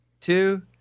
two